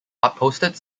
upholstered